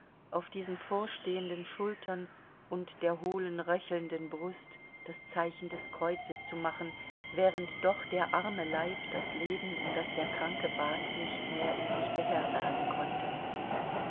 auf diesen vorstehenden schultern und der hohlen röchelnden brust das zeichen des kreuzes zu machen während doch der arme leib das leben um das der kranke bat nicht mehr in sich beherbergen konnte